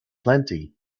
plenty